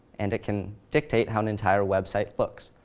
and it can dictate how an entire website looks.